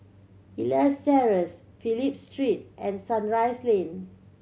Elias Terrace Phillip Street and Sunrise Lane